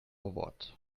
what